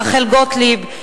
לרחל גוטליב,